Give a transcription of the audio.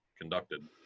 conducted